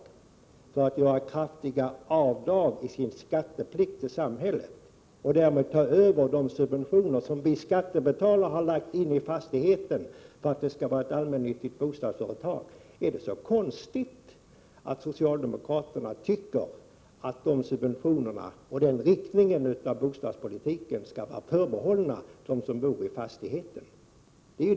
De gör det för att få kraftiga avdrag vid betalningen av skatt till samhället. Därmed tar de över de subventioner som vi skattebetalare har lagt in i fastigheten för att det skall vara ett allmännyttigt bostadsföretag. Är det då så konstigt att socialdemokraterna tycker att de subventionerna skall vara förbehållna dem som bor i fastigheten?